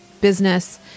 business